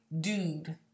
dude